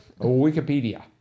Wikipedia